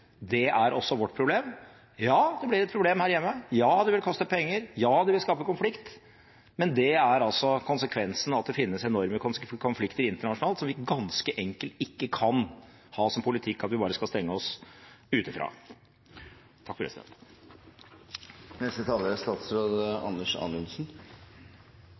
Det er også vårt problem. Ja, det blir et problem her hjemme, ja, det vil koste penger, ja, det vil skape konflikt, men det er altså konsekvensen av at det finnes enorme konflikter internasjonalt, som vi ganske enkelt ikke kan ha som politikk at vi bare skal stenge oss